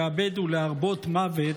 לאבד ולהרבות מוות,